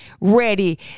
ready